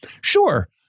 Sure